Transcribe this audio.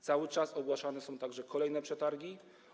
Cały czas ogłaszane są także kolejne przetargi.